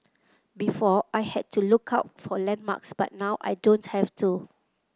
before I had to look out for landmarks but now I don't have to